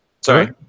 Sorry